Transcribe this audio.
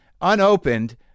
unopened